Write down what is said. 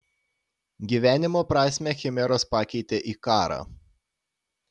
gyvenimo prasmę chimeros pakeitė į karą